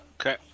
Okay